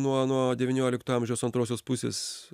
nuo nuo devyniolikto amžiaus antrosios pusės